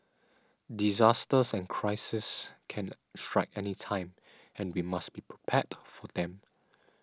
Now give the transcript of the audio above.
disasters and crises can strike anytime and we must be prepared for them